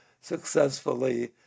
successfully